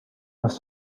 must